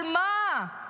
על מה?